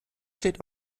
steht